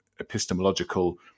epistemological